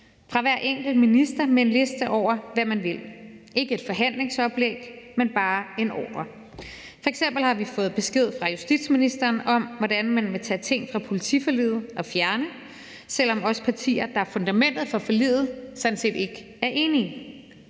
fra hver enkelt minister over, hvad man vil – ikke et forhandlingsoplæg, men bare en ordre. F.eks. har vi fået besked fra justitsministeren om, hvordan man vil fjerne ting fra politiforliget, selv om os partier, der er fundamentet for forliget, sådan set ikke er enige.